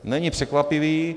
Není překvapivý.